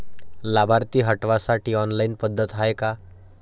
लाभार्थी हटवासाठी ऑनलाईन पद्धत हाय का?